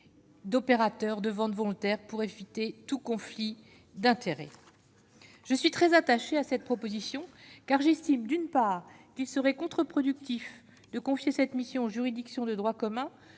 d'opérateur de ventes volontaires pour éviter tout conflit d'intérêt. Je suis très attaché à cette proposition, car j'estime d'une part qu'il serait contreproductif de confier cette mission juridictions de droit commun,